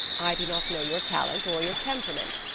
i do not know your talent or your temperament.